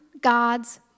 God's